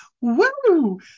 Woo